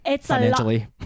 financially